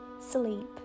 sleep